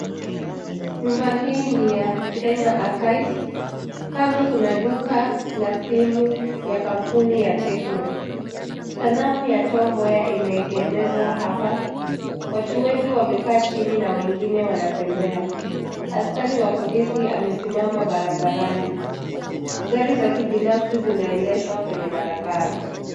Nyumba hii ni ya Kenya [Archives]. Kando kuna duka la simu ya kampuni ya [Tecno]. Sanamu ya Tom Mboya imeegemezwa hapa. Watu wengi wamekaa chini na wengine wanatembea. Askari wa polisi amesimama barabarani. Gari za kibinafsi zinaendeshwa kwenye barabara.